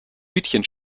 hütchen